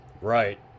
Right